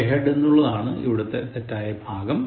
go ahead എന്നുള്ളതാണ് ഇവിടുത്തെ തെറ്റായ ഭാഗം